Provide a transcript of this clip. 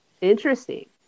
interesting